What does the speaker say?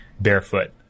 barefoot